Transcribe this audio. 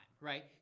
right